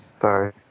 Sorry